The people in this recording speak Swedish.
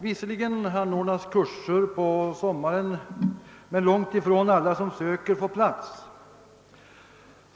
Visserligen anordnas kurser på sommaren men långt ifrån alla som söker får plats.